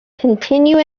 continue